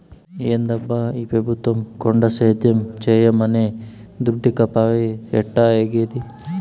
ఏందబ్బా ఈ పెబుత్వం కొండ సేద్యం చేయమనె దుడ్డీకపాయె ఎట్టాఏగేది